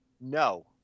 No